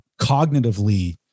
cognitively